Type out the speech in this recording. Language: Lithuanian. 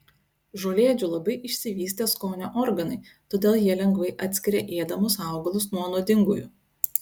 žolėdžių labai išsivystę skonio organai todėl jie lengvai atskiria ėdamus augalus nuo nuodingųjų